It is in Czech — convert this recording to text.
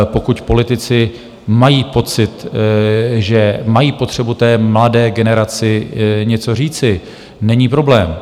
Pokud politici mají pocit, že mají potřebu té mladé generaci něco říci, není problém.